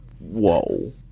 Whoa